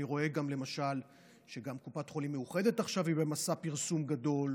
אני רואה למשל שגם קופת חולים מאוחדת היא עכשיו במסע פרסום גדול,